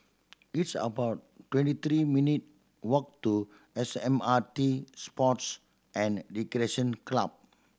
it's about twenty three minute walk to S M R T Sports and Recreation Club